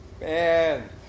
Man